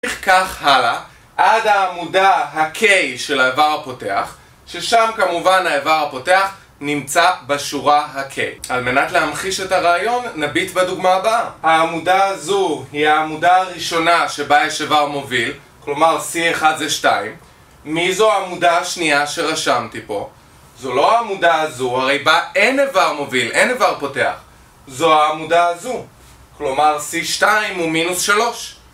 כך הלאה, עד העמודה ה-K של האיבר הפותח ששם כמובן האיבר הפותח נמצא בשורה ה-K על מנת להמחיש את הרעיון, נביט בדוגמה הבאה העמודה הזו היא העמודה הראשונה שבה יש איבר מוביל כלומר C1 זה 2 מי זו העמודה השנייה שרשמתי פה? זו לא העמודה הזו, הרי בה אין איבר מוביל, אין איבר פותח זו העמודה הזו כלומר C2 הוא מינוס 3